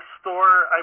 store